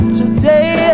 today